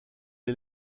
les